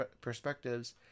perspectives